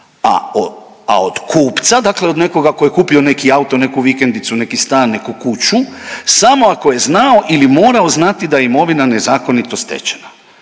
a od kupca, dakle od nekoga tko je kupio neki auto, neku vikendicu, neki stan, neku kuću samo ako je znao ili morao znati da je imovina nezakonito stečena.